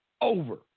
over